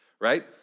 right